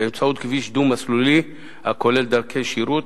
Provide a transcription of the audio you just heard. באמצעות כביש דו-מסלולי הכולל דרכי שירות